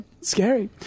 scary